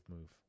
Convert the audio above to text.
move